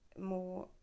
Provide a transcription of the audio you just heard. more